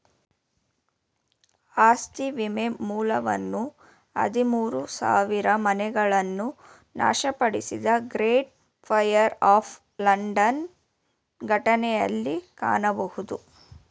ಆಸ್ತಿ ವಿಮೆ ಮೂಲವನ್ನ ಹದಿಮೂರು ಸಾವಿರಮನೆಗಳನ್ನ ನಾಶಪಡಿಸಿದ ಗ್ರೇಟ್ ಫೈರ್ ಆಫ್ ಲಂಡನ್ ಘಟನೆಯಲ್ಲಿ ಕಾಣಬಹುದು